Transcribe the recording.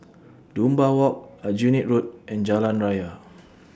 Dunbar Walk Aljunied Road and Jalan Raya